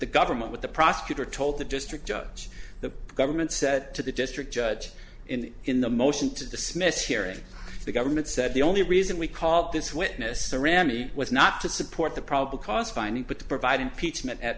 the government with the prosecutor told the district judge the government said to the district judge in the motion to dismiss hearing the government said the only reason we call this witness the ramey was not to support the probable cause finding but to provide impeachment at